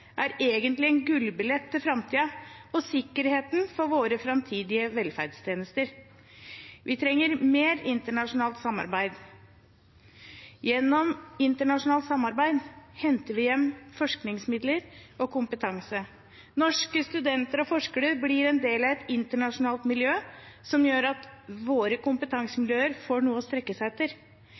er egentlig en gullbillett til framtiden og sikkerheten for våre framtidige velferdstjenester. Vi trenger mer internasjonalt samarbeid. Gjennom internasjonalt samarbeid henter vi hjem forskningsmidler og kompetanse. Norske studenter og forskere blir en del av et internasjonalt miljø som gjør at våre kompetansemiljøer får noe å strekke seg etter.